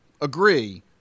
agree